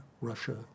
Russia